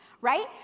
right